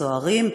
הסוערים,